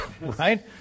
Right